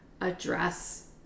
address